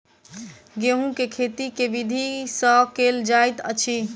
गेंहूँ केँ खेती केँ विधि सँ केल जाइत अछि?